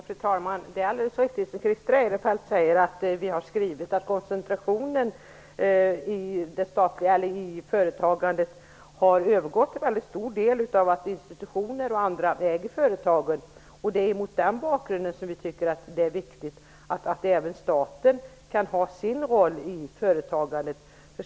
Fru talman! Det är alldeles riktigt som Christer Eirefelt säger. Vi har skrivit att det har blivit en koncentration i företagandet och att institutioner och andra till väldigt stor del äger företagen. Det är mot den bakgrunden som vi tycker att det är viktigt att även staten kan ha sin roll i företagandet.